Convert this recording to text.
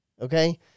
Okay